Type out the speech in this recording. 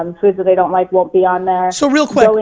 um foods that they don't like won't be on there. so real quick,